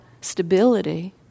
stability